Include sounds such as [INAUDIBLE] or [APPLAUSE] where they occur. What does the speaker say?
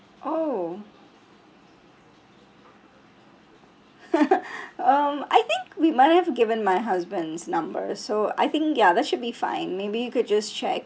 oh [LAUGHS] um I think we might have given my husband's number so I think ya that should be fine maybe you could just check